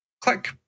click